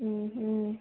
ಹ್ಞೂ ಹ್ಞೂ